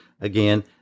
again